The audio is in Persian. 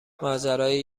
ماجرای